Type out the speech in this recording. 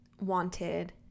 wanted